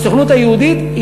הסוכנות היהודית,